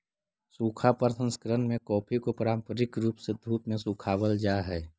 सूखा प्रसंकरण में कॉफी को पारंपरिक रूप से धूप में सुखावाल जा हई